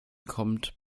kommt